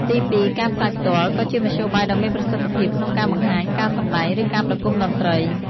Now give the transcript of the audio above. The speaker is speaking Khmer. ទីពីរ ការផ្សាយផ្ទាល់ ក៏ជាមធ្យោបាយដ៏មានប្រសិទ្ធភាពក្នុងការបង្ហាញការសម្ដែង ឬការប្រគំតន្ត្រី។